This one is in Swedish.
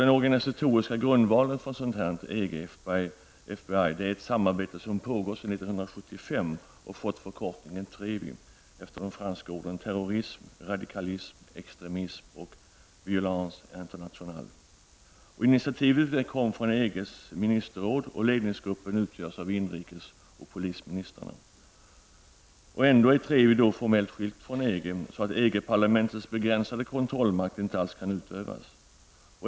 Den organisatoriska grundvalen för ett EG--FBI är ett samarbete som pågått sedan 1975 och fått förkortningen TREVI efter de franska orden Initiativet kom från EGs ministerråd och ledningsgruppen utgörs av inrikes och polisministrarna. Ändå är TREVI formellt skilt från EG så, att EG parlamentets begränsade kontrollmakt inte alls kan utövas.